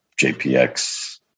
JPX